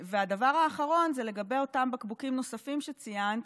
והדבר האחרון זה לגבי אותם בקבוקים נוספים שציינת.